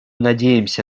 надеемся